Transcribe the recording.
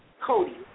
Cody